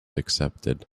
accepted